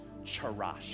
charash